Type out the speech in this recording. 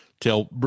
Tell